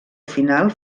final